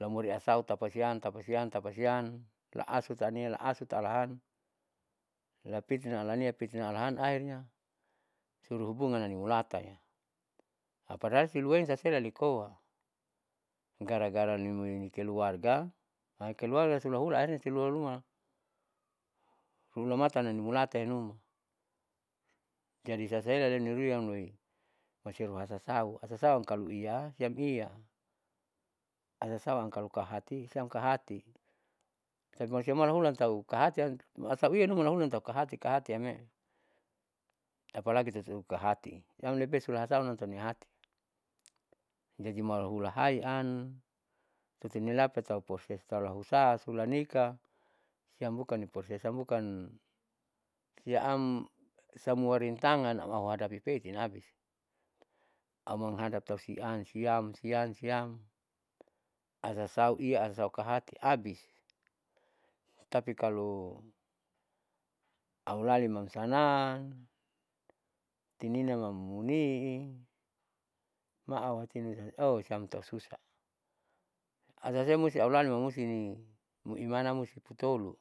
lamori hasau tapasian tapasian la asutani la asutalahan lapiti alania lapiti alahan akhirnya suruh hubungani mulataya apalai hule saleasikoa gara gara nikoi keluarga mai keluarga sula hula akhirnya silua luma hulamanam nimulata iyanuma. Jadi sasaela niruiam loi masaelu hasasau kalo iya siam iya asasau kaloam kahati siam kahati tapi kalosiamalaulan atu kahati hasiam numa tahu kahati kahitiame apalagi dong su kahati siam lepe sulahasau nam soniati. Jadi malahulahai an tutunilapa tahu proses taulahusa sula nika siam nibukan prosesam bukan iyaam samua rintangan amau hadapi peitin habis auma hadap tau sian siam sian siam asasauiya hasaukahati. tapi kalo aulalimam sana tinimam muni mau hatinu o siam tau susah asasiam au lalinimusti ini imana musti putolu.